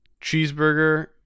cheeseburger